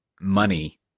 money